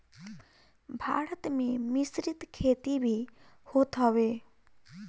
भारत में मिश्रित खेती भी होत हवे